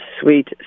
sweet